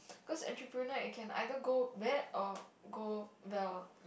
cause entrepreneur it can either go bad or go well